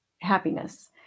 happiness